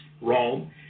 Rome